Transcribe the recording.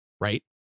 right